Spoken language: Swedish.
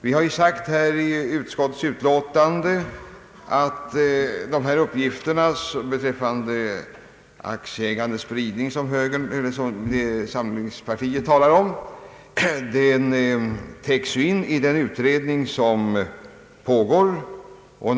Vi har i utskottets utlåtande sagt att de uppgifter beträffande aktieägandets spridning som moderata samlingspartiet talar om täcks in i den nu pågående utredningen.